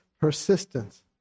persistence